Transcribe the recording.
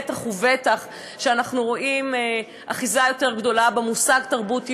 בטח ובטח כשאנחנו רואים אחיזה יותר גדולה במושג "תרבות יהודית",